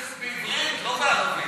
אחמד, לא בערבית.